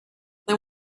then